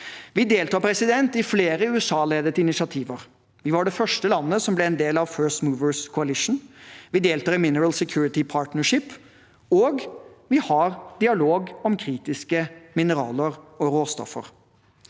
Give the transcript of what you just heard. Vi deltar i flere USA-ledede initiativer. Vi var det første landet som ble en del av First Movers Coalition, vi deltar i Mineral Security Partnership, og vi har dialog om kritiske mineraler og råstoffer.